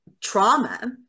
trauma